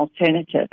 alternative